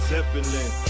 Zeppelin